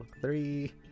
Three